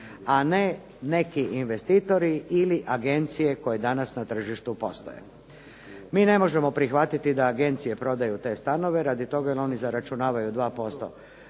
a ne neki investitori ili agencije koje danas na tržištu postoje. Mi ne možemo prihvatiti da agencije prodaju te stanove radi toga jer oni zaračunavaju 2%